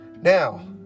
Now